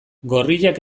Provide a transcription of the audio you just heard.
gorriak